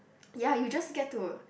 ya you just get to